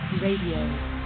Radio